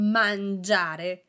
mangiare